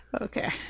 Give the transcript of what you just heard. okay